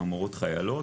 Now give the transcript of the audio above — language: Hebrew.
מורות חיילות